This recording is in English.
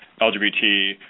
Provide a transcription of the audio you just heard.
LGBT